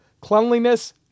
cleanliness